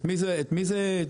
את מי זה שירת?